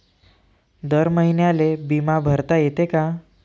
दर महिन्याले बिमा भरता येते का?